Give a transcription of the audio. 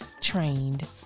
trained